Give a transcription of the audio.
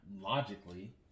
Logically